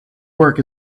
work